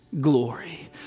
glory